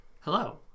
Hello